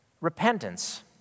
repentance